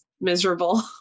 miserable